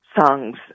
songs